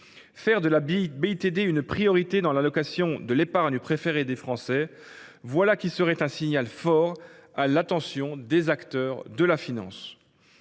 Faire de la BITD une priorité dans l’allocation de l’épargne préférée des Français serait un signal fort à l’attention des acteurs de la finance.